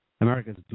America's